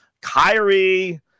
Kyrie –